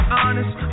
honest